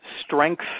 strength